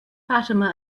fatima